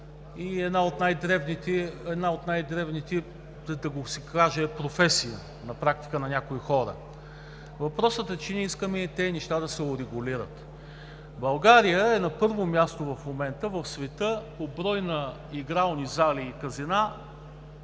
България е на първо място в момента в света по брой на игрални зали и казина